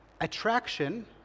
Attraction